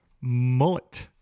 Mullet